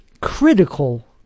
critical